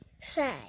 say